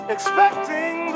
Expecting